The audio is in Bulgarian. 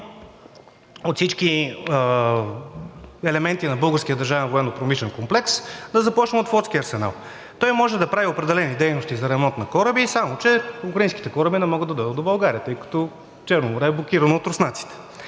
От всички елементи на българския държавен военнопромишлен комплекс да започнем от флотския арсенал. Той може да прави определени дейности за ремонт на кораби, само че украинските кораби не могат да дойдат до България, тъй като Черно море е блокирано от руснаците.